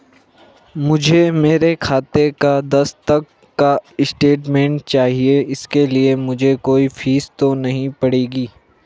मुझे मेरे खाते का दस तक का स्टेटमेंट चाहिए इसके लिए मुझे कोई फीस तो नहीं पड़ेगी?